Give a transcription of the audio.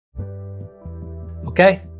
Okay